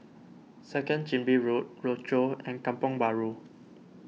Second Chin Bee Road Rochor and Kampong Bahru